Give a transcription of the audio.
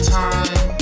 time